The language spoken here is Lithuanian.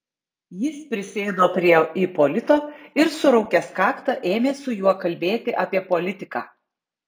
jis prisėdo prie ipolito ir suraukęs kaktą ėmė su juo kalbėti apie politiką